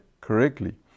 correctly